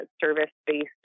service-based